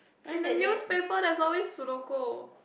in the newspaper there's always sudoku